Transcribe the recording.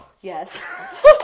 Yes